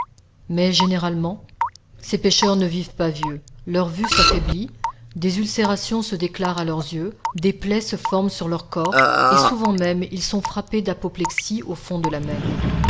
mais généralement ces pêcheurs ne vivent pas vieux leur vue s'affaiblit des ulcérations se déclarent à leurs yeux des plaies se forment sur leur corps et souvent même ils sont frappés d'apoplexie au fond de la mer